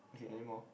okay anymore